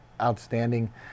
outstanding